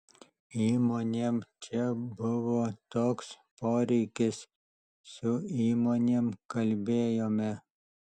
įmonėm čia buvo toks poreikis su įmonėm kalbėjome